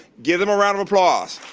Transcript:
give them a round of applause.